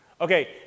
Okay